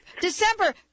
December